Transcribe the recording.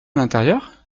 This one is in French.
l’intérieur